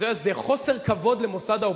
אתה יודע, זה חוסר כבוד למוסד האופוזיציה.